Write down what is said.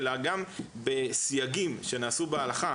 אלא גם בסייגים שנעשו בהלכה,